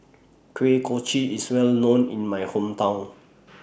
Kuih Kochi IS Well known in My Hometown